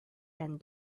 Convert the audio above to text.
and